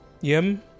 Yim